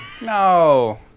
No